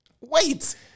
Wait